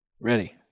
Ready